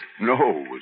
No